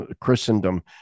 Christendom